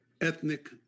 ethnic